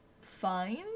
fine